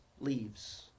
leaves